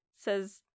says